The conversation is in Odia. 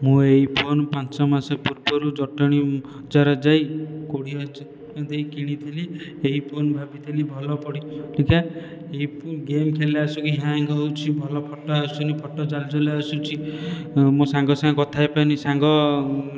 ମୁଁ ଏହି ଫୋନ ପାଞ୍ଚ ମାସ ପୂର୍ବରୁ ଜଟଣୀ ବଜାର ଯାଇ କୋଡ଼ିଏ ହଜାର ଟଙ୍କା ଦେଇ କିଣିଥିଲି ଏହି ଫୋନ୍ ଭାବିଥିଲି ଭଲ ପଡ଼ିବ ବୋଲିକା ଏହି ଗେମ୍ ଖେଳିଲା ଆସିକି ହ୍ୟାଙ୍ଗ ହେଉଛି ଭଲ ଫଟୋ ଅସୁନି ଫଟୋ ଜାଲି ଜାଲିଆ ଆସୁଛି ମୋ ସାଙ୍ଗ ସାଙ୍ଗେ କଥା ହୋଇପାରୁନି ସାଙ୍ଗ